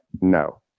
no